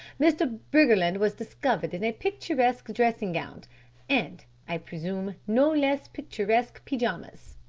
mr. briggerland was discovered in a picturesque dressing gown and, i presume, no less picturesque pyjamas.